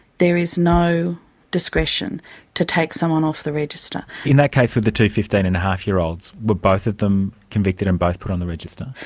there is no discretion to take someone off the register. in that case with the two fifteen-and-a-half year olds, were but both of them convicted and both put on the register?